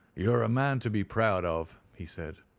you're a man to be proud of, he said.